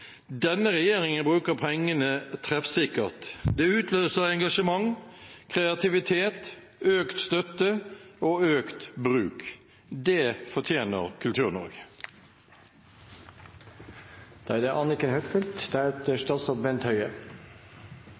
Denne regjeringen bruker pengene treffsikkert. Det utløser engasjement, kreativitet, økt støtte og økt bruk. Det fortjener